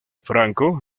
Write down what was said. franco